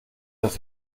das